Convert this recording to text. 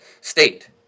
state